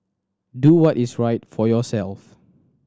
do what is right for yourself